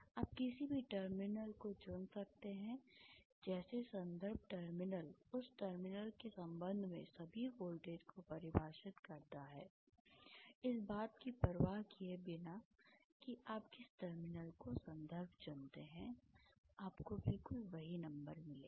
आप किसी भी टर्मिनल को चुन सकते हैं जैसे संदर्भ टर्मिनल उस टर्मिनल के संबंध में सभी वोल्टेज को परिभाषित करता है इस बात की परवाह किए बिना कि आप किस टर्मिनल को संदर्भ चुनते हैं आपको बिल्कुल वही नंबर मिलेगा